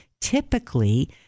typically